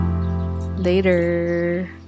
later